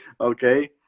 Okay